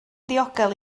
ddiogel